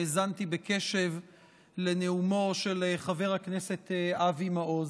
האזנתי בקשב לנאומו של חבר הכנסת אבי מעוז.